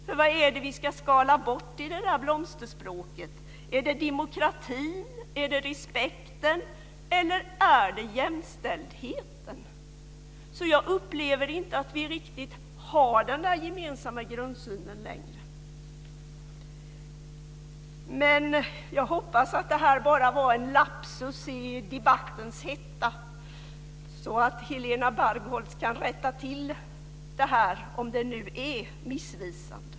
För vad är det vi ska skala bort i "blomsterspråket"? Är det demokratin? Är det respekten? Är det jämställdheten? Jag upplever alltså inte riktigt att vi har den där gemensamma grundsynen längre. Jag hoppas dock att det här bara var en lapsus i debattens hetta. Helena Bargholtz kanske kan rätta till detta om det nu är missvisande.